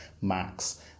Max